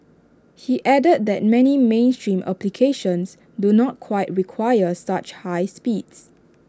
he added that many mainstream applications do not quite require such high speeds